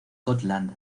gotland